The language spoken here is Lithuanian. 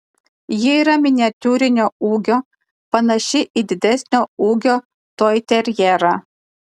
ji yra miniatiūrinio ūgio panaši į didesnio ūgio toiterjerą